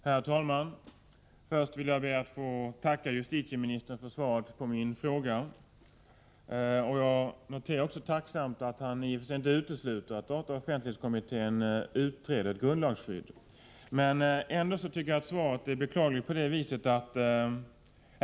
Herr talman! Först ber jag att få tacka justitieministern för svaret på min fråga. Jag noterar tacksamt att han i och för sig inte utesluter att dataoch offentlighetskommittén utreder grundlagsskyddet av den personliga integriteten. Ändå tycker jag att svaret är beklagligt.